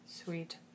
sweet